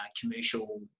commercial